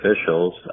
officials